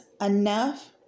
enough